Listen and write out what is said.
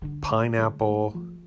pineapple